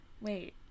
wait